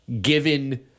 Given